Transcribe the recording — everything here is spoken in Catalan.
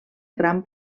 gran